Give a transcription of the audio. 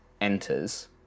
enters